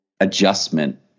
adjustment